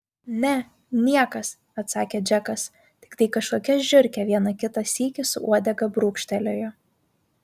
ne niekas atsakė džekas tiktai kažkokia žiurkė vieną kitą sykį su uodega brūkštelėjo